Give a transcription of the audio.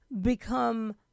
become